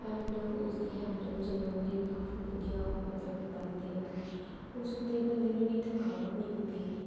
and ਉਸਦੇ handle ਚਲਾਉਣ ਲਈ ਕਾਫੀ ਵਧੀਆ ਮਤਲਬ ਲੱਗਦੇ ਆ ਉਸ ਉੱਤੇ ਬੰਦੇ ਨੂੰ ਇੰਨੀ ਥਕਾਵਟ ਨਹੀਂ ਹੁੰਦੀ